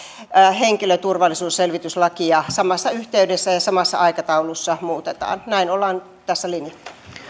henkilöturvallisuusselvityslakia samassa yhteydessä ja samassa aikataulussa muutetaan näin ollaan tässä linjattu